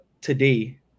today